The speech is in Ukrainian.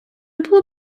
було